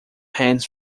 hands